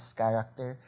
character